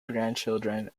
grandchildren